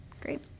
Great